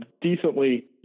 decently